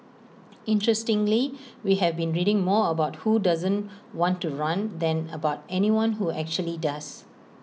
interestingly we have been reading more about who doesn't want to run than about anyone who actually does